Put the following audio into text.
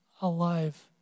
alive